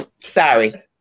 Sorry